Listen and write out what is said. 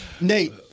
Nate